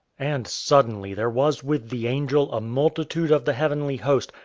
and suddenly there was with the angel a multitude of the heavenly host,